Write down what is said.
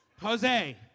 Jose